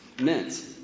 meant